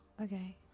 Okay